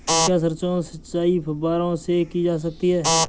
क्या सरसों की सिंचाई फुब्बारों से की जा सकती है?